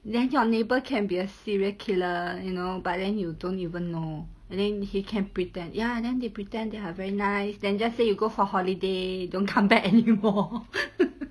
then your neighbour can be a serial killer you know but then you don't even know and then he can pretend ya then they pretend they are very nice then just say you go for holiday don't come back anymore